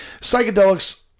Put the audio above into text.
psychedelics